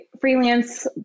freelance